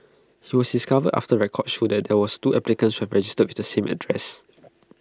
he was discovered after records showed that there were two applicants who had registered with the same address